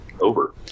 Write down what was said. over